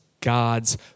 God's